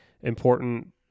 important